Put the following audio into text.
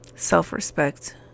self-respect